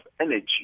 energy